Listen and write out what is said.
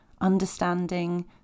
understanding